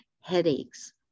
headaches